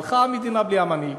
הלכה המדינה בלי המנהיג.